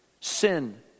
Sin